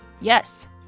Yes